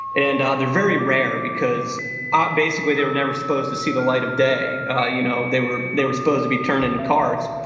and are the very rare because are basically they were never supposed to see the light of day you know. they were they were supposed to be turned into cards.